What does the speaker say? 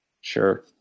Sure